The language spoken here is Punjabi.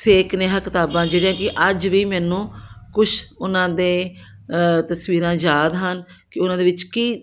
ਸੇਕ ਨੇ ਆਹਾ ਕਿਤਾਬਾਂ ਜਿਹੜੀਆਂ ਕਿ ਅੱਜ ਵੀ ਮੈਨੂੰ ਕੁਛ ਉਹਨਾਂ ਦੇ ਤਸਵੀਰਾਂ ਯਾਦ ਹਨ ਕਿ ਉਹਨਾਂ ਦੇ ਵਿੱਚ ਕੀ